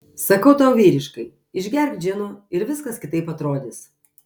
sakau tau vyriškai išgerk džino ir viskas kitaip atrodys